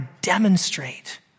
demonstrate